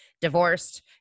divorced